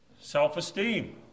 Self-esteem